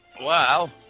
Wow